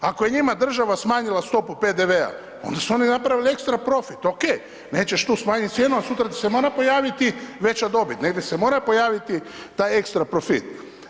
Ako je njima država smanjila stopu PDV-a onda su one napravile ekstra profit, OK, nećeš tu smanjit cijenu a sutra će se morat pojavit veća dobit, negdje se mora pojaviti taj ekstra profit.